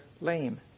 lame